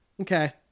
okay